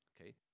okay